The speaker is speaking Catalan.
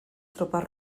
tropes